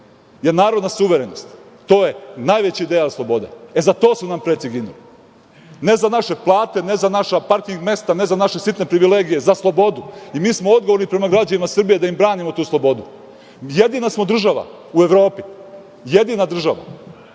je narodna suverenost. To je najveći ideal slobode. E, za to su nam preci ginuli, ne za naše plate, ne za naša parking mesta, ne za naše sitne privilegije, za slobodu. Mi smo odgovorni prema građanima Srbije da im branimo tu slobodu. Jedina smo država u Evropi, jedina država,